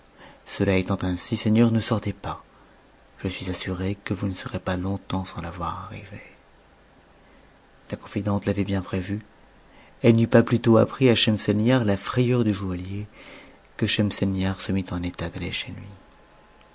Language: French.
cela étant ainsi seigneur ne sortez pas je suis assurée que vous ne serez pas longtemps sans la voir arriver la confidente l'avait bien prévu elle n'eut pas plus tôt appris à schemselnihar la frayeur du joaillier que schemselnihar se mit en état d'aller chez lui